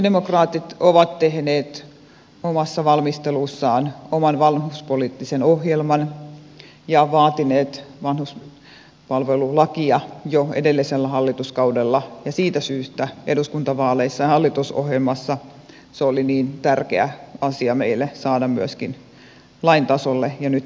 sosialidemokraatit ovat tehneet omassa valmistelussaan oman vanhuspoliittisen ohjelman ja vaatineet vanhuspalvelulakia jo edellisellä hallituskaudella ja siitä syystä eduskuntavaaleissa hallitusohjelmassa se oli niin tärkeä asia meille saada myöskin lain tasolle ja nyt valmiiksi